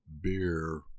beer